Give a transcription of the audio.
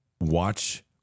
watch